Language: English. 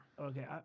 Okay